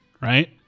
Right